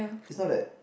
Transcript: it's not that